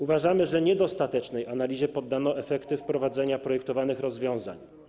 Uważamy, że niedostatecznej analizie poddano efekty wprowadzenia projektowanych rozwiązań.